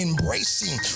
Embracing